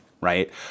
right